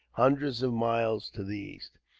hundreds of miles to the east.